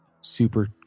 super